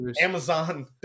Amazon